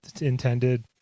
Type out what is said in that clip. intended